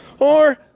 or,